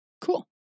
Cool